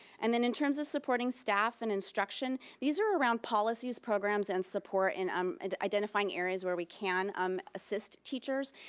and then in terms of supporting staff and instruction, these are around policies, programs, and support, um and identifying areas where we can um assist teachers,